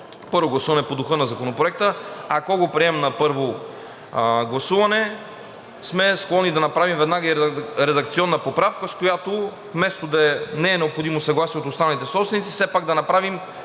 първо гласуване – по духа на Законопроекта, ако го приемем на първо гласуване, склонни сме да направим веднага и редакционна поправка, с която вместо да не е необходимо съгласие от останалите съсобственици, все пак да направим